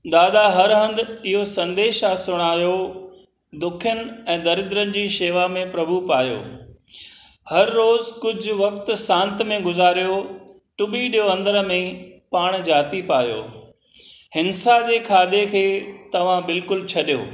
दादा हर हंधि इहो संदेश आहे सुणायो दुखियनि ऐं दरिद्रनि जी शेवा में प्रभु पायो हर रोज़ु कुझु वक़्ति शान्ति में ॻुज़ारियो टुॿी ॾियो अंदर में पाण जाती पायो हिंसा जे खाधे खे तव्हां बिल्कुलु छॾियो